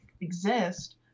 exist